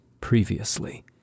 previously